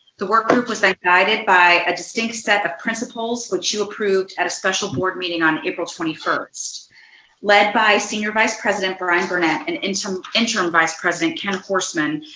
the work group was like guided by a distinct set of principles which you approved at a special board meeting on april twenty first led by senior vice president brian burnett and interim interim vice president ken horstman,